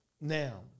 Now